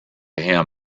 him